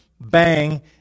bang